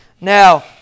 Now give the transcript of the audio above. Now